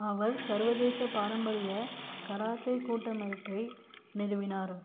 அவர் சர்வதேச பாரம்பரிய கராத்தே கூட்டமைப்பை நிறுவினார்